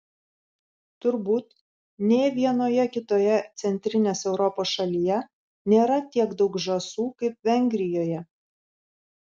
turbūt nė vienoje kitoje centrinės europos šalyje nėra tiek daug žąsų kaip vengrijoje